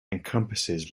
encompasses